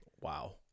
Wow